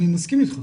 אני מסכים איתך,